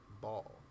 ball